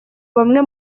bamwe